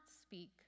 speak